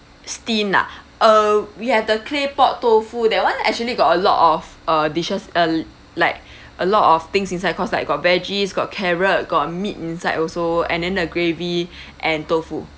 steam ah uh we have the claypot tofu that one actually got a lot of uh dishes uh like a lot of things inside cause like got veggies got carrot got meat inside also and then the gravy and tofu